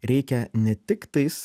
reikia ne tik tais